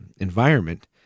environment